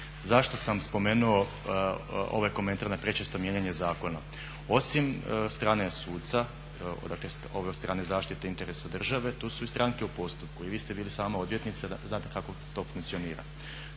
Zašto sam spomenuo ovaj komentar na prečesto mijenjanje zakona? Osim strane suca … zaštite interesa države, tu su i stranke u postupku i vi ste bili i sama odvjetnica, znate kako to funkcionira.